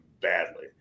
badly